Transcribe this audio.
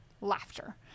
laughter